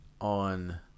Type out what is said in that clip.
on